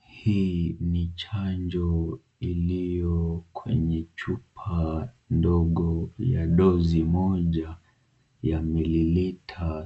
Hii ni chanjo iliyo kwenye chupa ndogo ya dozi moja ya mililita